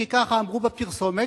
כי ככה אמרו בפרסומת,